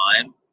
time